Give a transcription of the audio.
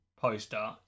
poster